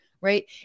right